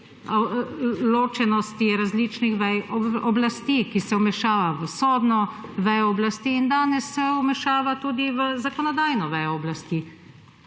ločenosti različnih vej oblasti, ki se vmešava v sodno vejo oblasti in danes se vmešava tudi v zakonodajno vejo oblasti.